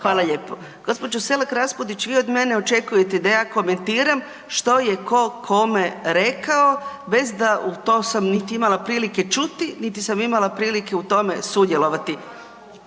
hvala lijepo. Gospođo Selak Raspudić vi od mene očekujete da ja komentiram što je tko kome rekao bez da u to sam nit imam prilike čuti, niti sam imala prilike u tome sudjelovati.